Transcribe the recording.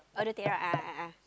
all the thing right a'ah a'ah